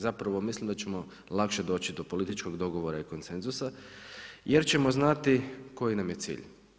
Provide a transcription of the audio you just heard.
Zapravo, mislim da ćemo lakše doći do političkog dogovora i konsenzusa, jer ćemo znati koji nam je cilj.